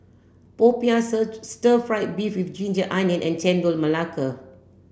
popiah stir fry beef with ginger onion and Chendol Melaka